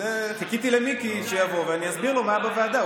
חיכיתי למיקי שיבוא, ואני אסביר לו מה היה בוועדה.